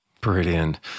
Brilliant